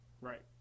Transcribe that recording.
Right